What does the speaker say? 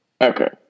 okay